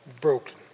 Broken